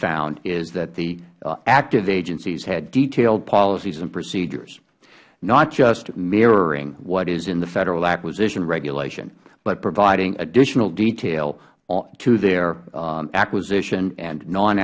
found is that the active agencies had detailed policies and procedures not just mirroring what is in the federal acquisition regulation but providing additional detail to their acquisition and non